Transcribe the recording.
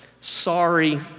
sorry